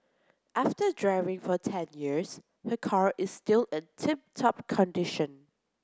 after driving for ten years her car is still in tip top condition